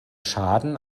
schaden